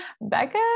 Becca